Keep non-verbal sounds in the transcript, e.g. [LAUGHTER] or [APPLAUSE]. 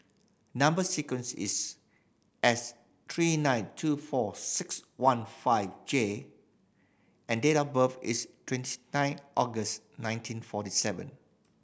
number sequence is S three nine two four six one five J and date of birth is [UNINTELLIGIBLE] nine August nineteen forty seven